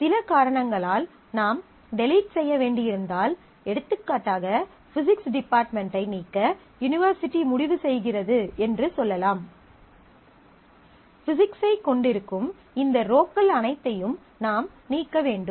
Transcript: சில காரணங்களால் நாம் டெலீட் செய்ய வேண்டியிருந்தால் எடுத்துக்காட்டாக பிசிக்ஸ் டிபார்ட்மென்டை நீக்க யூனிவர்சிட்டி முடிவு செய்கிறது என்று சொல்லலாம் பிசிக்ஸ் ஐ கொண்டிருக்கும் இந்த ரோக்கள் அனைத்தையும் நாம் நீக்க வேண்டும்